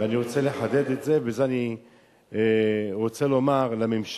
ואני רוצה לחדד את זה ולומר לממשלה: